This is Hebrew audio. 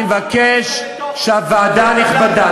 אני מבקש שהוועדה הנכבדה,